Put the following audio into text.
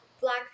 black